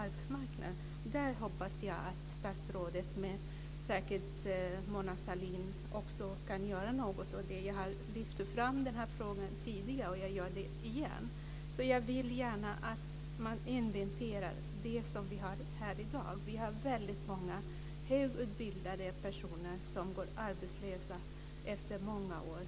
Jag hoppas att statsrådet och också Mona Sahlin kan göra något. Jag har lyft fram frågan tidigare och jag gör det igen. Jag vill att man inventerar det vi har här i dag. Vi har många högutbildade personer som går arbetslösa sedan många år.